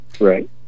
Right